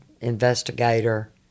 investigator